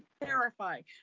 terrifying